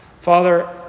Father